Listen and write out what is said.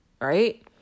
right